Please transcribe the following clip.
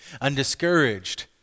Undiscouraged